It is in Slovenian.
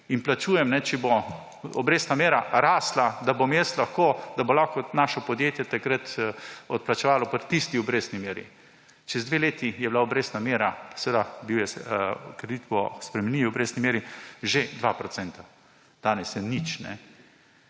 in plačujem, če bo obrestna mera rastla, da bo lahko naše podjetje takrat odplačevalo po tisti obrestni meri. Čez dve leti je bila obrestna mera, seveda bil je kredit po spremenljivi obrestni meri, že 2 procenta. Danes je nič.